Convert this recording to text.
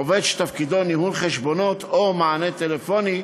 עובד שתפקידו ניהול חשבונות או מענה טלפוני,